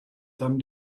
dann